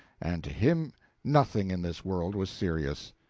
and to him nothing in this world was serious.